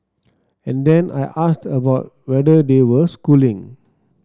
and then I asked about whether they were schooling